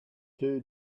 two